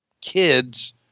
kids